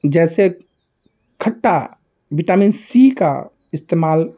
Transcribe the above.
जैसे खट्टा vitamin C का इस्तेमाल